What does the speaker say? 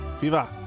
Viva